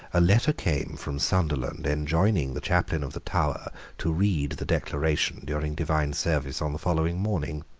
a letter came from sunderland enjoining the chaplain of the tower to read the declaration during divine service on the following morning.